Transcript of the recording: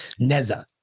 Neza